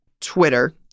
Twitter